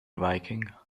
viking